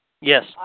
Yes